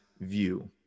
view